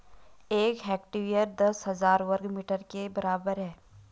एक हेक्टेयर दस हजार वर्ग मीटर के बराबर है